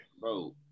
Bro